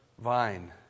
vine